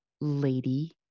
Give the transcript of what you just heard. lady